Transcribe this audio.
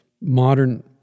modern